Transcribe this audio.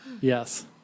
Yes